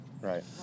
Right